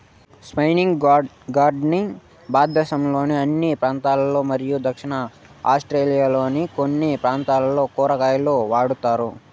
spiny gourd ని భారతదేశంలోని అన్ని ప్రాంతాలలో మరియు దక్షిణ ఆసియాలోని కొన్ని ప్రాంతాలలో కూరగాయగా వాడుతారు